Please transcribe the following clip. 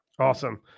Awesome